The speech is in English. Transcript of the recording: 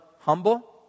humble